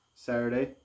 Saturday